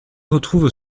retrouve